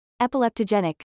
epileptogenic